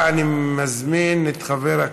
8718, 8735,